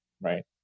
Right